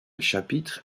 chapitre